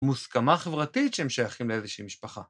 מוסכמה חברתית שהם שייכים לאיזושהי משפחה.